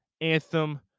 anthem